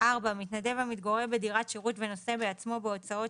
מתנדב המתגורר בדירת שירות ונושא בעצמו בהוצאות